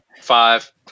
Five